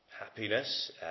happiness